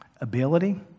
ability